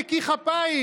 אני נקי כפיים,